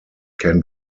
can